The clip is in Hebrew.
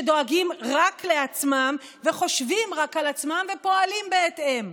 שדואגים רק לעצמם וחושבים רק על עצמם ופועלים בהתאם.